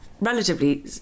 relatively